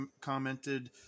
commented